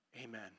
Amen